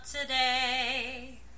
today